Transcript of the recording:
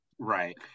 right